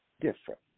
different